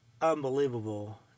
unbelievable